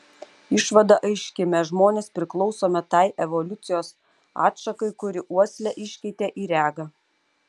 išvada aiški mes žmonės priklausome tai evoliucijos atšakai kuri uoslę iškeitė į regą